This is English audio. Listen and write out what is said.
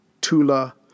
Tula